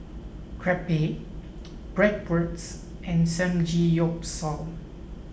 Crepe Bratwurst and Samgeyopsal